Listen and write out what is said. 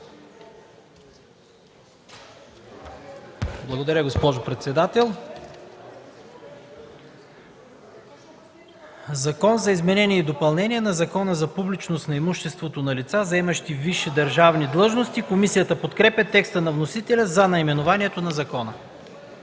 Благодаря, госпожо председател. „Закон за изменение и допълнение на Закона за публичност на имуществото на лица, заемащи висши държавни длъжности”. Комисията подкрепя текста на вносителя за наименованието на закона.